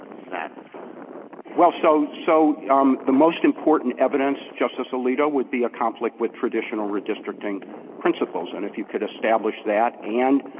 that gornstein well, so so um the most important evidence, justice alito, would be a conflict with traditional redistricting principles. and if you could establish that and